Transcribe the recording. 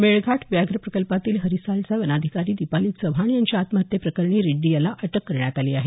मेळघाट व्याघ्र प्रकल्पातील हरिसालच्या वनाधिकारी दीपाली चव्हाण यांच्या आत्महत्ये प्रकरणी रेड्डी याला अटक करण्यात आली आहे